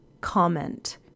comment